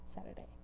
Saturday